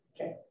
Okay